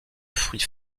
fruits